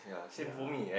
yea